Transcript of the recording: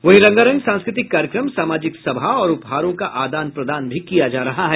वहीं रंगारंग सांस्कृतिक कार्यक्रम सामाजिक सभा और उपहारों का आदान प्रदान भी किया जा रहा है